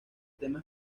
tema